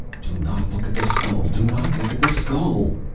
do not look at the skull! do not look at the skull!